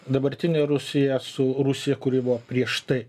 dabartinę rusiją su rusija kuri buvo prieš tai